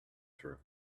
through